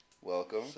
Welcome